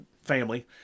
family